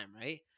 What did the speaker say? right